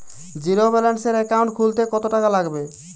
জিরোব্যেলেন্সের একাউন্ট খুলতে কত টাকা লাগবে?